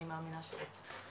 אני מאמינה.